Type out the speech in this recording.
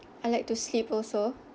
I like to sleep also